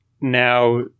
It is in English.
now